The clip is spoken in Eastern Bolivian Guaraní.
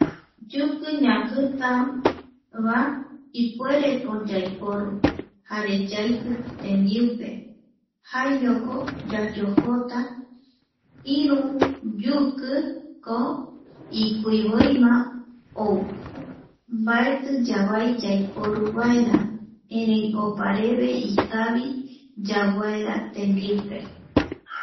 Yuki ñakita...Va ipuereviko yaiporu jare yaiti tembiu pe jaeño ko yayojota, iru yukiko ko ikui voi ma, ou mbaeti yavai yaiporu vaera erei oparevei ikavi yau vaera tembiupe.